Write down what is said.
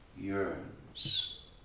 yearns